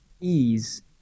ease